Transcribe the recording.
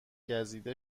گزیده